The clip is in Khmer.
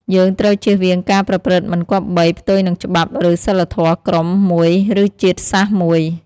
យើងត្រូវជៀសវាងការប្រព្រឹត្តមិនគប្បី ផ្ទុយនឹងច្បាប់ឬសីលធម៌ក្រុមមួយឬជាតិសាសន៍មួយ ។